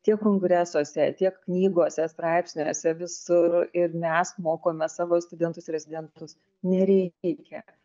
tiek kongresuose tiek knygose straipsniuose visur ir mes mokome savo studentus rezidentus nereikia